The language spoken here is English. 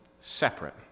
separate